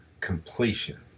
completion